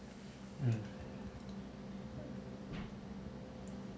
mm